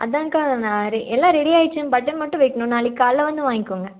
அதுதான்க்கா நான் ரெடி எல்லா ரெடியாகிடுச்சிங் பட்டன் மட்டும் வைக்கணும் நாளைக்கு காலையில் வந்து வாங்கிக்கோங்க